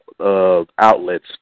outlets